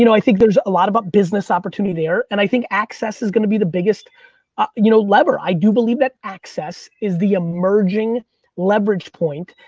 you know i think there's a lot of business opportunity there. and i think access is gonna be the biggest you know lever. i do believe that access is the emerging leverage point.